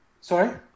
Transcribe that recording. Sorry